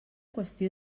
qüestió